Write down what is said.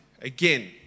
again